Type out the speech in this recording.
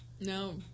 No